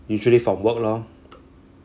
usually from work lor